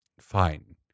Fine